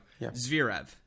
Zverev